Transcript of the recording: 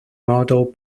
model